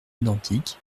identiques